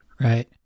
Right